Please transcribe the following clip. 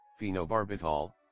Phenobarbital